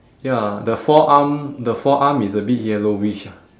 ya the forearm the forearm is a bit yellowish ah